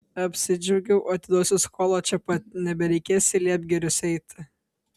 apsidžiaugiau atiduosiu skolą čia pat nebereikės į liepgirius eiti